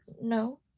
no